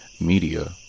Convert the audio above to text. Media